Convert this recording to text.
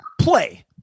play